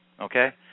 Okay